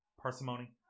parsimony